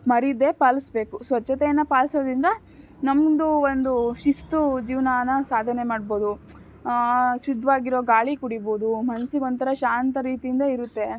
ಮರೀದೆ ಪಾಲಿಸಬೇಕು ಸ್ವಚ್ಛತೆಯನ್ನು ಪಾಲಿಸೋದ್ರಿಂದ ನಮ್ಮದು ಒಂದು ಶಿಸ್ತು ಜೀವ್ನನ ಸಾಧನೆ ಮಾಡ್ಬೌದು ಶುದ್ಧವಾಗಿರೋ ಗಾಳಿ ಕುಡಿಬೋದು ಮನ್ಸಿಗೆ ಒಂಥರ ಶಾಂತ ರೀತಿಯಿಂದ ಇರುತ್ತೆ